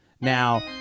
now